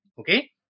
okay